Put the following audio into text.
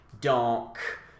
dark